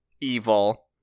evil